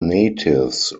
natives